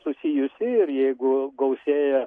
susijusi ir jeigu gausėja